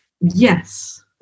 Yes